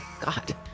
God